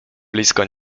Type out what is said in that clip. blisko